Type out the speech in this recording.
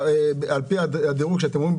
על פי הדירוג שאתם אומרים,